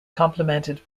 complemented